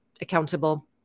accountable